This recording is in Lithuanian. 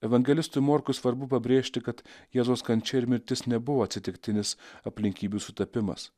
evangelistui morkui svarbu pabrėžti kad jėzaus kančia ir mirtis nebuvo atsitiktinis aplinkybių sutapimas